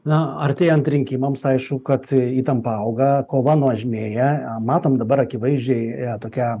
na artėjant rinkimams aišku kad įtampa auga kova nuožmėja matom dabar akivaizdžiai tokią